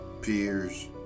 peers